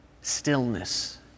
stillness